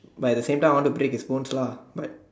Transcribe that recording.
but at the same time I want to break his bones lah but